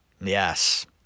Yes